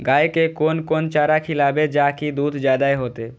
गाय के कोन कोन चारा खिलाबे जा की दूध जादे होते?